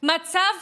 מצב